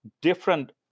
different